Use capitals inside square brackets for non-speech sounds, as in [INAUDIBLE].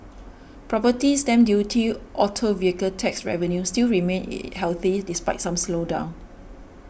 property stamp duty auto vehicle tax revenue still remain [UNINTELLIGIBLE] healthy despite some slowdown